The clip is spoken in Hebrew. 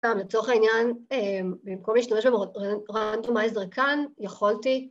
‫סתם, לצורך העניין, ‫במקום להשתמש ברנטומייזר כאן, יכולתי...